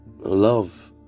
love